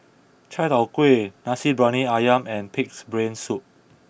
Chai Tow Kuay Nasi Briyani Ayam and Pig'S Brain Soup